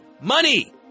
Money